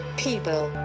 people